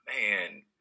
man